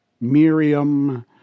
Miriam